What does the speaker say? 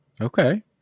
Okay